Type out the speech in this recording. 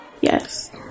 Yes